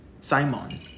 Simon